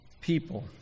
people